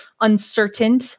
uncertain